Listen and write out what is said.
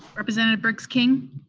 representative briggs king?